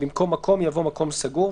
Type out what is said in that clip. במקום "מקום" יבוא "מקום סגור",